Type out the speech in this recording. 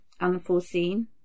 unforeseen